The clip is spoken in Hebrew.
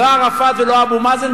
לא ערפאת ולא אבו מאזן,